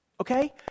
Okay